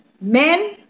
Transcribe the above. men